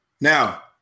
Now